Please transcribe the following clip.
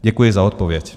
Děkuji za odpověď.